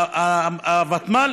הוותמ"ל,